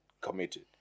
committed